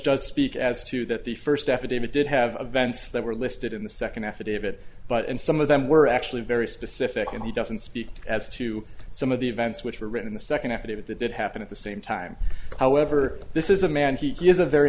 does speak as to that the first affidavit did have vents that were listed in the second affidavit but and some of them were actually very specific and he doesn't speak as to some of the events which were written the second affidavit that did happen at the same time however this is a man he is a very